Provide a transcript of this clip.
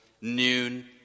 Noon